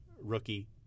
Rookie